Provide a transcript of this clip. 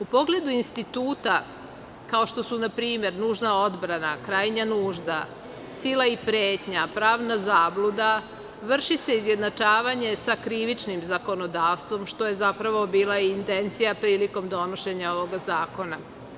U pogledu instituta kao što su npr. nužna odbrana, krajnja nužda, sila i pretnja, pravna zabluda, vrši se izjednačavanje sa krivičnim zakonodavstvom što je zapravo bila i intencija prilikom donošenja ovog zakona.